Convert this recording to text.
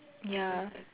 ya